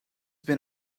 been